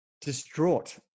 distraught